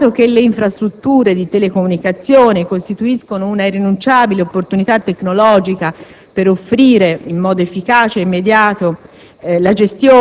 Considerato che le infrastrutture di telecomunicazione costituiscono un'irrinunciabile opportunità tecnologica per gestire in modo efficace ed immediato